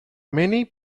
many